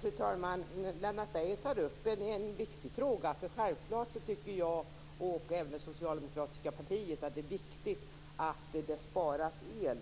Fru talman! Lennart Beijer tar upp en viktig fråga. Självfallet tycker jag, och även det socialdemokratiska partiet, att det är viktigt att det sparas el.